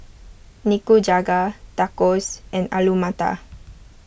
Nikujaga Tacos and Alu Matar